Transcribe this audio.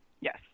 Yes